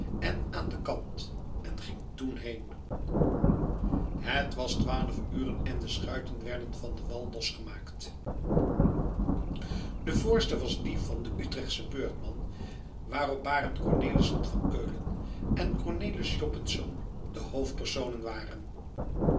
en aan den kant en ging toen heen het was twaalf uren en de schuiten werden van den wal losgemaakt de voorste was die van den utrechtschen beurtman waarop barend cornelissen van keulen en cornelis joppensz de hoofdpersonen waren